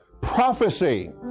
Prophecy